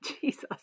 Jesus